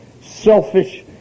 selfish